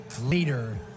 leader